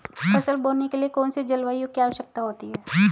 फसल बोने के लिए कौन सी जलवायु की आवश्यकता होती है?